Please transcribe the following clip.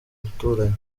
baturanyi